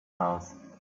house